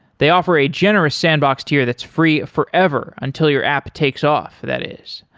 they offer a generous sandbox to you that's free forever until your app takes off, that is.